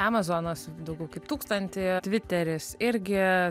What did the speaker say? amą zonos daugiau kaip tūkstantį tviteris irgi